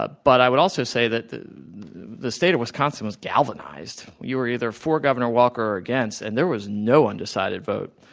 ah but i would also say that the the state of wisconsin was galvanized. you were either for governor walker or against. and there was no undecided vote,